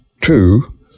Two